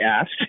asked